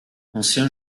ancien